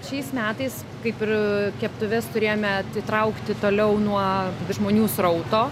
šiais metais kaip ir keptuves turėjome atitraukti toliau nuo žmonių srauto